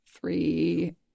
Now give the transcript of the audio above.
three